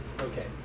Okay